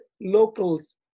locals